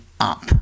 up